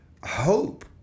Hope